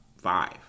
five